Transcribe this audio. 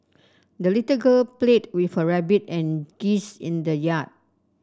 the little girl played with her rabbit and geese in the yard